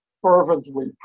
fervently